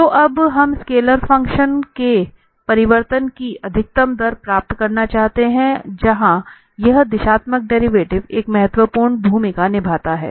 तो अब हम स्केलर फंक्शन के परिवर्तन की अधिकतम दर प्राप्त करना चाहते हैं और जहां यह दिशात्मक डेरिवेटिव एक महत्वपूर्ण भूमिका निभाता है